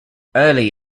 early